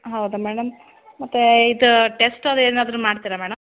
ಹೌದಾ ಮೇಡಮ್ ಮತ್ತೆ ಇದು ಟೆಸ್ಟ್ ಅದು ಏನಾದರು ಮಾಡ್ತೀರಾ ಮೇಡಮ್